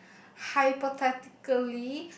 hypothetically